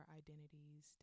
identities